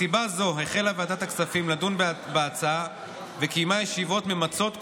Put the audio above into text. מסיבה זו החלה ועדת הכספים לדון בהצעה וקיימה ישיבות ממצות,